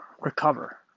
recover